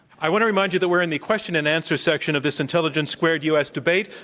i want to remind you that we're in the question and answer section of this intelligence squared u. s. debate.